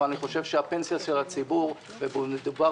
אבל אני חושב שהפנסיה של הציבור ומדובר